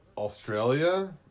Australia